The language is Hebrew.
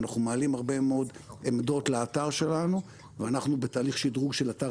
אנחנו מעלים הרבה מאוד עמדות לאתר שלנו ואנחנו בתהליך שדרוג של אתר